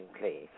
please